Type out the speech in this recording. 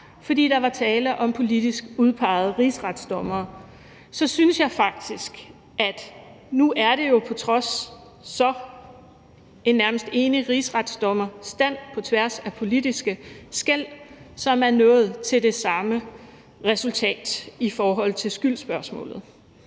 fordi der var tale om politisk udpegede rigsretsdommere, men faktisk er det jo nu sådan, at det på trods af det er en nærmest enig rigsretsdommerstand på tværs af politiske skel, som er nået til det samme resultat i forhold til skyldsspørgsmålet.